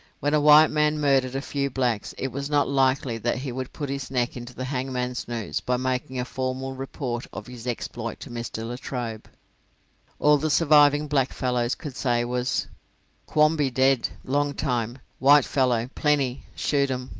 when a white man murdered a few blacks it was not likely that he would put his neck into the hangman's noose by making a formal report of his exploit to mr. latrobe. all the surviving blackfellow could say was quamby dead long time white-fellow plenty shoot em.